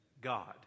God